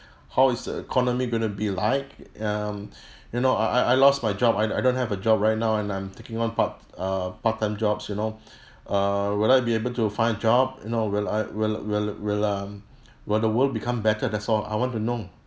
how is the economy going to be like um you know I I I lost my job I I don't have a job right now and I'm taking on part uh part time jobs you know err would I be able to find job you know will I will will will um will the world become better that's all I want to know